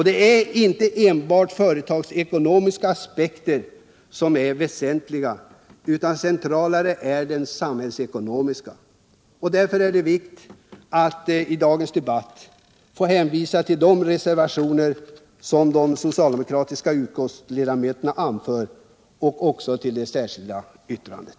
Det är inte enbart företagsekonomiska aspekter som är väsentliga — centralare är de samhällsekonomiska. Därför är det av vikt att hänvisa till de reservationer som de socialdemokratiska utskottsledamöterna avgivit samt till det särskilda yttrandet.